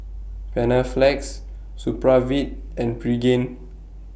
Panaflex Supravit and Pregain